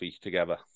together